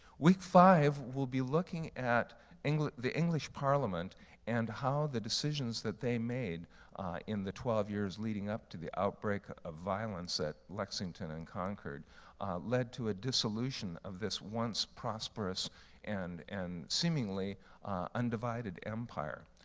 week five we'll be looking at the english parliament and how the decisions that they made in the twelve years leading up to the outbreak of violence at lexington and concord led to a dissolution of this once prosperous and and seemingly undivided empire.